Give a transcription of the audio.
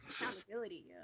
Accountability